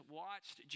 watched